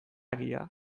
egia